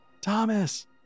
Thomas